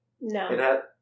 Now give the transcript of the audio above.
No